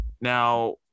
Now